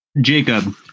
Jacob